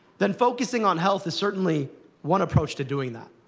then focusing on health is certainly one approach to doing that.